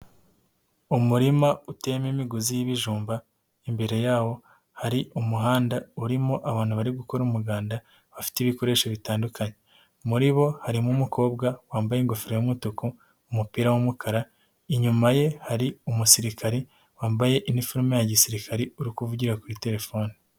Umurima utema imigozi y'ibijumba, imbere yawo hari umuhanda urimo abantu barimo gukora umuganda bafite ibikoresho bitandukanye, muri bo harimo umukobwa wambaye ingofero y' yumutuku, umupira w'umukara, inyuma ye hari umusirikare wambaye inifuromu ya gisirikare uri kuvugira kuri terefone.